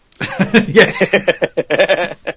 Yes